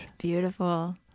Beautiful